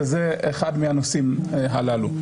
וזה אחד הנושאים הללו.